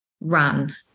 run